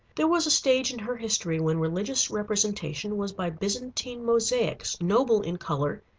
there was a stage in her history when religious representation was by byzantine mosaics, noble in color,